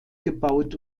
gebaut